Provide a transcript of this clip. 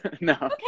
No